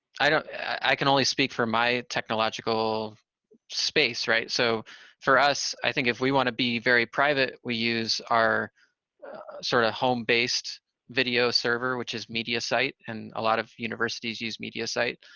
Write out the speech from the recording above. i don't i can only speak for my technological space, right? so for us, i think if we want to be very private, we use our sort of home based video server, which is mediasite, and a lot of universities use mediasite,